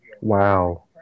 Wow